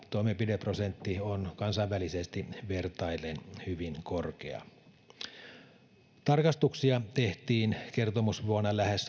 toimenpideprosentti on kansainvälisesti vertaillen hyvin korkea tarkastuksia tehtiin kertomusvuonna lähes